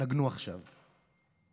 נגנו עכשיו.//